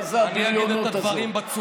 מה זה הבריונות הזאת?